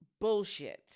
bullshit